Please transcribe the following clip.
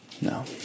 no